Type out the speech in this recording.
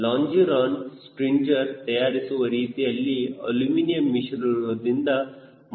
ಲಾಂಜಿರೋನ stringer ತಯಾರಿಸುವ ರೀತಿಯಲ್ಲಿ aluminium ಮಿಶ್ರಲೋಹದಿಂದ ಮಾಡಲಾಗುತ್ತದೆ